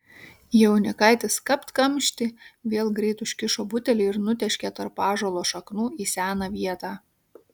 jaunikaitis kapt kamštį vėl greit užkišo butelį ir nutėškė tarp ąžuolo šaknų į seną vietą